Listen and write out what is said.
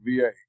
VA